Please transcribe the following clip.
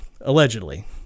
allegedly